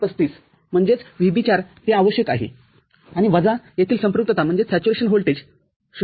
३५ म्हणजेच VB4 ते आवश्यक आहे आणि वजा येथील संपृक्तताव्होल्टेज ०